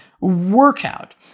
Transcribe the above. workout